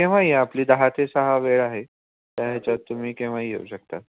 केव्हाही आपली दहा ते सहा वेळ आहे त्या ह्याच्यात तुम्ही केव्हाही येऊ शकता